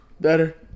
better